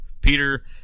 Peter